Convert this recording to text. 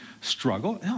struggle